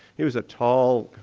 he was a tall,